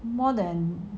more than